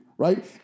Right